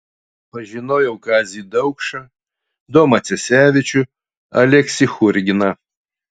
pažinojau kazį daukšą domą cesevičių aleksį churginą